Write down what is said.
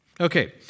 Okay